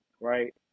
right